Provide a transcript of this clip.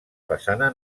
façana